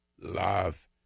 love